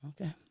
Okay